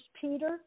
Peter